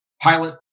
pilot